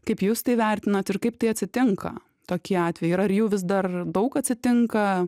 kaip jūs tai vertinat ir kaip tai atsitinka tokie atvejai ir ar jų vis dar daug atsitinka